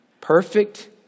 perfect